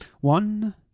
One